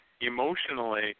emotionally